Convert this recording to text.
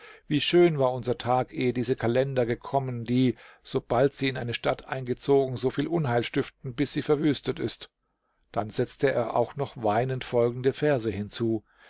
wie schön war unser tag ehe diese kalender gekommen die sobald sie in eine stadt eingezogen so viel unheil stiften bis sie verwüstet ist dann setzte er auch noch weinend folgende verse hinzu